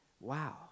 wow